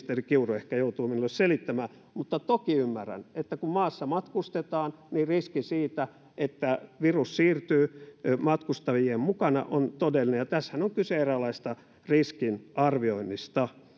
sen ministeri kiuru ehkä joutuu minulle selittämään mutta toki ymmärrän että kun maassa matkustetaan niin riski siitä että virus siirtyy matkustajien mukana on todellinen ja tässähän on kyse eräänlaisesta riskin arvioinnista